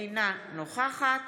אינה נוכחת